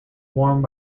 warmed